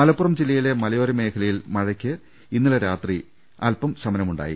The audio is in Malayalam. മലപ്പുറം ജില്ലയിലെ മലയോര മേഖലയിൽ മഴക്ക് ഇന്നലെ രാത്രി അൽപം ശമനമുണ്ടായി